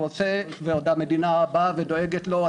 הוא יוצא ועוד המדינה באה ודואגת לו.